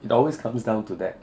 it always comes down to that